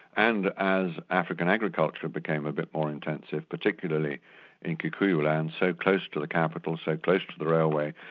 and as african agriculture became a bit more intensive, particularly in kikuyu land, so close to the capital, so close to the railway,